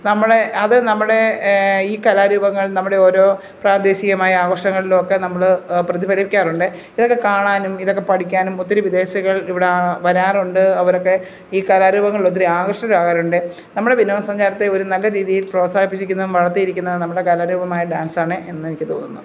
നമ്മുടെ അത് നമ്മുടെ ഈ കലാരൂപങ്ങൾ നമ്മുടെ ഓരോ പ്രാദേശികമായ ആഘോഷങ്ങളിലും ഒക്കെ നമ്മൾ പ്രതിഫലിക്കാറുണ്ട് ഇതൊക്കെ കാണാനും ഇതൊക്കെ പഠിക്കാനും ഒത്തിരി വിദേശികൾ ഇവിടെ വരാറുണ്ട് അവർ ഒക്കെ ഈ കലാരൂപങ്ങൾ ഒത്തിരി ആകർഷകരാകാറുണ്ട് നമ്മുടെ വിനോദസഞ്ചാരത്തെ ഒരു നല്ല രീതിയിൽ പ്രോത്സാഹിപ്പിച്ചിരിക്കുന്നതും വളർത്തിയിരിക്കുന്നതും നമ്മുടെ കലാരൂപമായ ഡാൻസ് ആണ് എന്ന് എനിക്ക് തോന്നുന്നു